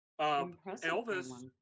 Elvis